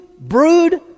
Brood